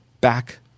back